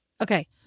okay